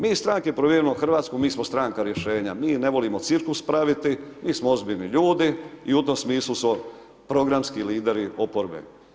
Mi iz stranke Promijenimo Hrvatsku, mi smo strana rješenja, mi ne volimo cirkus praviti, mi smo ozbiljni ljudi i u tom smislu smo programski lideri oporbe.